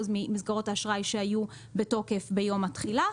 ממסגרות האשראי שהיו בתוקף ביום התחילה,